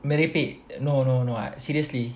merepek no no no seriously